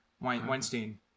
Weinstein